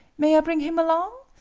may i bring him along?